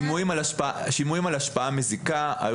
שימועים על השפעה מזיקה, היו